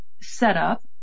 setup